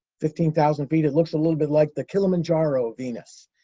fifteen thousand feet. it looks a little bit like the kilimanjaro of venus.